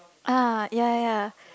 ah ya ya ya